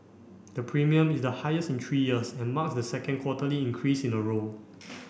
the premium is the highest in three years and marks the second quarterly increase in a row